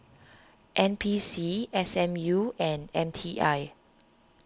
N P C S M U and M T I